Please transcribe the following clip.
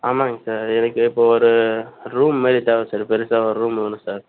ஆமாங்க சார் எனக்கு இப்போது ஒரு ரூம் மாரி தேவை சார் பெருசா ஒரு ரூம் வேணும் சார்